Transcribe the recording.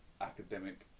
academic